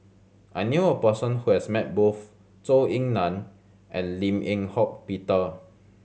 I knew a person who has met both Zhou Ying Nan and Lim Eng Hock Peter